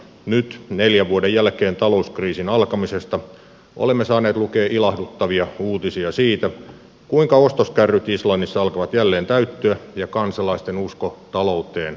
nyt neljän vuoden jälkeen talouskriisin alkamisesta olemme saaneet lukea ilahduttavia uutisia siitä kuinka ostoskärryt islannissa alkavat jälleen täyttyä ja kansalaisten usko talouteen elpyä